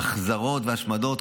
החזרות והשמדות,